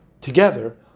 together